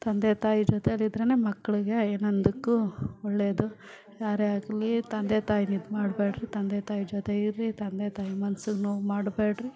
ತಂದೆ ತಾಯಿ ಜೊತೆಯಲಿದ್ರೆ ಮಕ್ಕಳಿಗೆ ಏನಂದಕ್ಕು ಒಳ್ಳೇದು ಯಾರೇ ಆಗಲಿ ತಂದೆ ತಾಯಿಗೆ ಇದು ಮಾಡಬೇಡ್ರಿ ತಂದೆ ತಾಯಿ ಜೊತೆ ಇರಿ ತಂದೆ ತಾಯಿ ಮನ್ಸಿಗ್ ನೋವು ಮಾಡಬೇಡ್ರಿ